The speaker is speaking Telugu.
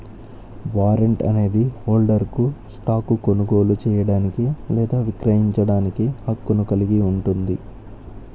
వారెంట్ అనేది హోల్డర్కు స్టాక్ను కొనుగోలు చేయడానికి లేదా విక్రయించడానికి హక్కును కలిగి ఉంటుంది